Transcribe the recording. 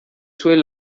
zuen